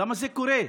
למה זה קורה?